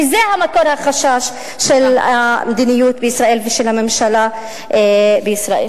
וזה מקור החשש של המדיניות בישראל ושל הממשלה בישראל.